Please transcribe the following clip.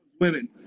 women